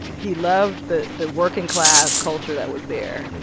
he loved the the working-class culture that was there.